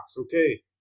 Okay